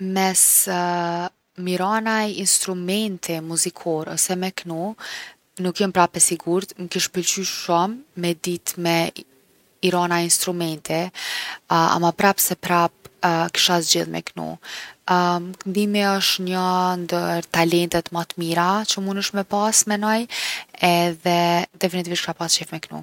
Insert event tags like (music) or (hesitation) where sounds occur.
Mes (hesitation) m’i ra naj instrumenti muzikorë ose me knu nuk jom prap e sigurtë. M’kish pëlqy shumë me ditë me i ra naj instrumenti ama prap se prap (hesitation) kisha zgjedh me knu. (hesitation) Këndimi osht njo ndër talented ma t’mira që munesh me pas menoj edhe definitivisht kisha pas qef me knu.